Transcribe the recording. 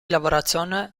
lavorazione